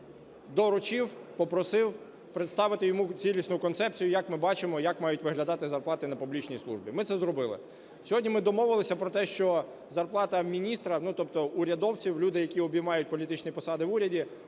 доручив, попросив представити йому цілісну концепцію, як ми бачимо, як мають виглядати зарплати на публічній службі. Ми це зробили. Сьогодні ми домовилися про те, що зарплата міністра, ну, тобто урядовців - людей, які обіймають політичні посади в уряді,